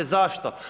Zašto?